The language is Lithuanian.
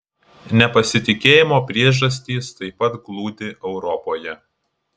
nepasitikėjimo priežastys taip pat glūdi europoje